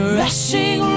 rushing